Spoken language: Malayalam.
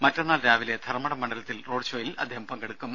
മറ്റന്നാൾ രാവിലെ ധർമ്മടം മണ്ഡലത്തിൽ റോഡ് ഷോയിൽ അദ്ദേഹം പങ്കെടുക്കും